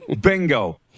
Bingo